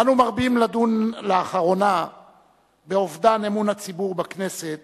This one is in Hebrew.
אנו מרבים לדון לאחרונה באובדן אמון הציבור בכנסת